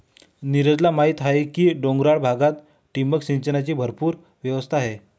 नीरजला माहीत आहे की डोंगराळ भागात ठिबक सिंचनाची भरपूर व्यवस्था आहे